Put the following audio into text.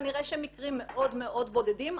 כנראה שמקרים מאוד מאוד בודדים.